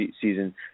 season